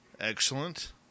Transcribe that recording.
Excellent